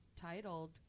titled